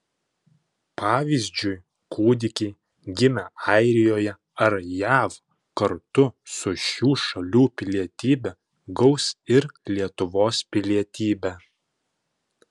pavyzdžiui kūdikiai gimę airijoje ar jav kartu su šių šalių pilietybe gaus ir lietuvos pilietybę